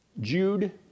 Jude